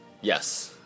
Yes